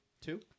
two